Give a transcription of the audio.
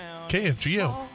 KFGO